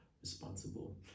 responsible